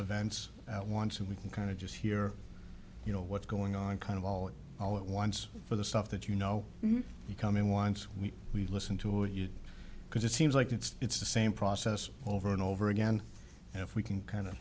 events at once and we can kind of just hear you know what's going on kind of all in all at once for the stuff that you know you come in once a week we listen to what you do because it seems like it's it's the same process over and over again and if we can kind